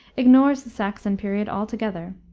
ignores the saxon period altogether.